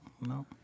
No